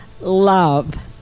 love